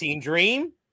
Dream